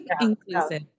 inclusive